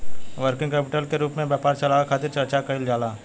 working capital के रूप में व्यापार चलावे खातिर चर्चा कईल जाला